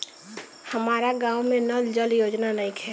हमारा गाँव मे नल जल योजना नइखे?